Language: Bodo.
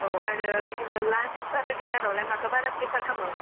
औ आरो बिदिनो लान्च आरो डिनारावलाय माखो बारा प्रिफार खालामो